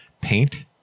Paint